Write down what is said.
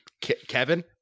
Kevin